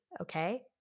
okay